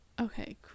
Okay